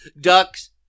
ducks